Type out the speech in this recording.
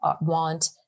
want